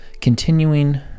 continuing